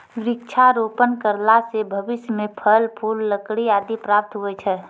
वृक्षारोपण करला से भविष्य मे फल, फूल, लकड़ी आदि प्राप्त हुवै छै